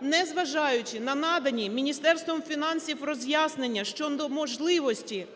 Не зважаючи на надані Міністерством фінансів роз'яснення щодо можливості